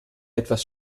etwas